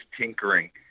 tinkering